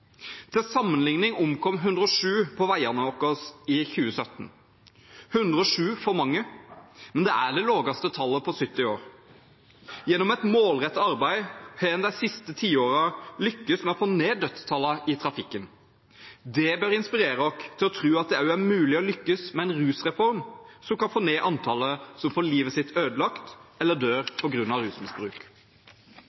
Til sammenligning omkom 107 på veiene våre i 2017, 107 for mange, men det er det laveste tallet på 70 år. Gjennom et målrettet arbeid har en de siste tiårene lyktes i å få ned dødstallene i trafikken. Det bør inspirere oss til å tro at det er mulig også å lykkes med en rusreform som kan få ned antallet som får livet sitt ødelagt eller dør